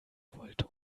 wollte